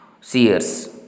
seers